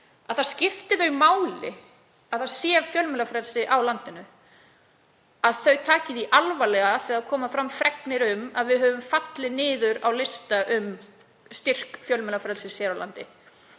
að það skipti þau máli að það sé fjölmiðlafrelsi í landinu, að þau taki því alvarlega þegar fregnir berast um að við höfum fallið niður á lista um styrk fjölmiðlafrelsis hér á landi,